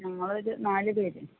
ഞങ്ങളൊരു നാല് പേർ